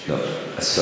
אני יכול להשיב.